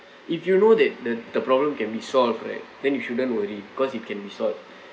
if you know that the the problem can be solved right then you shouldn't worry cause it can be solved